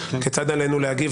כיצד עלינו להגיב?